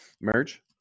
Merge